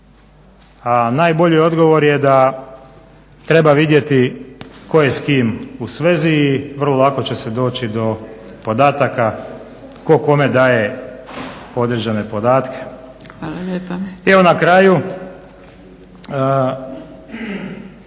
Najbolji je odgovor da treba vidjeti tko je s kim u svezi, vrlo lako će se doći do podataka tko kome daje određene podatke. …/Upadica Zgrebec: Hvala